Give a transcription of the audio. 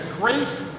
grace